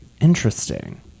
Interesting